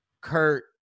Kurt